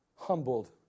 humbled